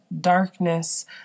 darkness